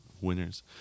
Winners